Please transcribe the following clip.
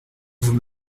vous